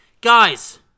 guys